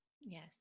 Yes